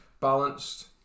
balanced